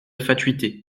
fatuité